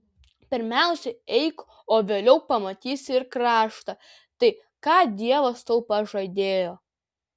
pirmiausia eik o vėliau pamatysi ir kraštą tai ką dievas tau pažadėjo